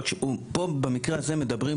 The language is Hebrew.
רק שפה במקרה הזה מדברים,